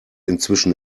inzwischen